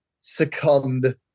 succumbed